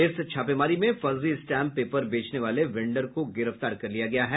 इस छापेमारी में फर्जी स्टाम्प बेचने वाले वेंडर को भी गिरफ्तार किया गया है